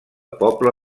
poble